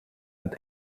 met